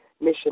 Mission